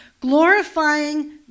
glorifying